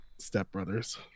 stepbrothers